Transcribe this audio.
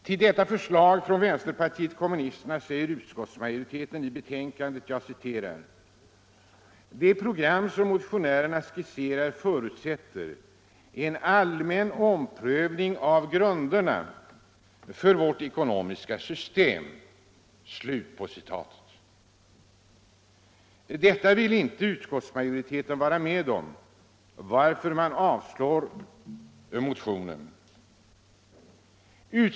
Om detta förslag från vänsterpartiet kommunisterna säger utskottsmajoriteten i betänkandet: ”Det program som motionärerna skisserar förutsätter en allmän omprövning av grunderna för vårt ekonomiska system.” Detta vill inte utskottsmajoriteten vara med om, varför man föreslår att motionen avslås.